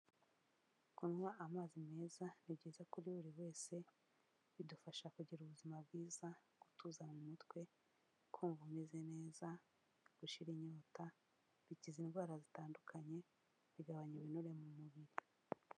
Kunywa amazi meza ni byiza kuri buri wese, bidufasha kugira ubuzima bwiza, gutuza mu mutwe, kumva umeze neza, gushira inyota, bikiza indwara zitandukanye, bigabanya ibinure mu mubiri.